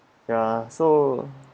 ya so